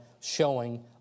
showing